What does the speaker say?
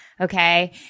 okay